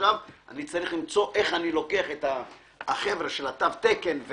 שעכשיו אני צריך למצוא איך אני לוקח את החבר'ה של התו תקן,